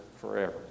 forever